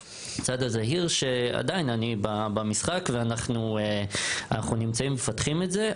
הצד הזהיר שעדיין אני במשחק ואנחנו נמצאים ומפתחים את זה,